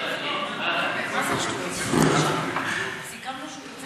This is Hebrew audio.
זה